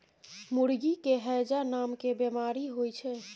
मुर्गी के हैजा नामके बेमारी होइ छै